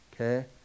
okay